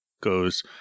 goes